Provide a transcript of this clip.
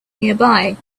nearby